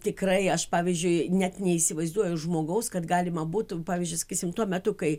tikrai aš pavyzdžiui net neįsivaizduoju žmogaus kad galima būtų pavyzdžiui sakysim tuo metu kai